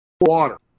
water